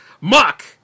muck